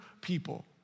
people